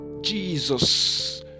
Jesus